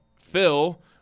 phil